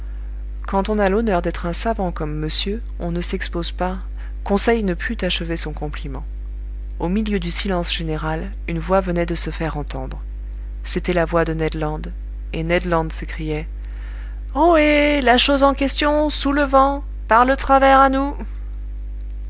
quand on a l'honneur d'être un savant comme monsieur on ne s'expose pas conseil ne put achever son compliment au milieu du silence général une voix venait de se faire entendre c'était la voix de ned land et ned land s'écriait ohé la chose en question sous le vent par le travers à nous